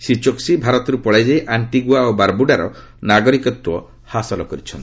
ଶ୍ରୀ ଚୋକ୍ନି ଭାରତରୁ ପଳାଇଯାଇ ଆଣ୍ଟିଗୁଆ ଓ ବାରବୁଡ଼ାର ନାଗରିକତ୍ୱ ହାସଲ କରିଛନ୍ତି